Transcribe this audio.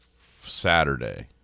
saturday